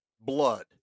blood